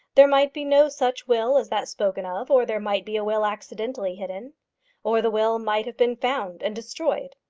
there might be no such will as that spoken of, or there might be a will accidentally hidden or the will might have been found and destroyed.